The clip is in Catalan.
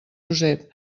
josep